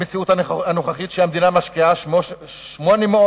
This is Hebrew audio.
המציאות הנוכחית היא שהמדינה משקיעה 823